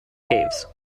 caves